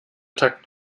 takt